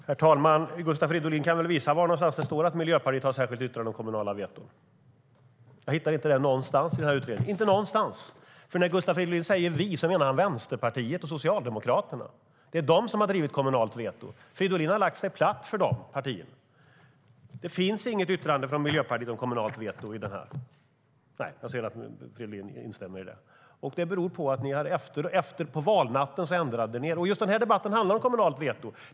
Herr talman! Gustav Fridolin kan väl visa var någonstans Miljöpartiet har ett särskilt yttrande om kommunala veton. Jag hittar inte det någonstans i den här utredningen - inte någonstans. När Gustav Fridolin säger "vi" menar han Vänsterpartiet och Socialdemokraterna. Det är de som har drivit frågan om kommunalt veto. Fridolin har lagt sig platt för de partierna. Det finns inget yttrande från Miljöpartiet om kommunalt veto här. Nej, jag ser att Fridolin instämmer i det. På valnatten ändrade ni er. Just den här debatten handlar om kommunalt veto.